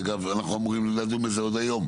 בזה אגב, אנחנו אמורים לדון בזה עוד היום.